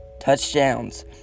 touchdowns